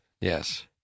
Yes